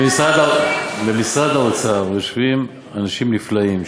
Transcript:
במשרד האוצר יושבים אנשים נפלאים,